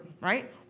right